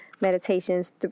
meditations